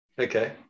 Okay